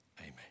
Amen